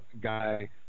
guy